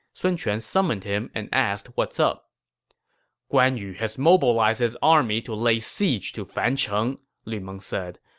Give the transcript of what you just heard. sun quan summoned him and asked what's up guan yu has mobilized his army to lay siege to fancheng, lu meng said.